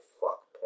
fuck